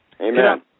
Amen